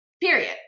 period